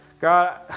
God